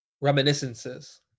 reminiscences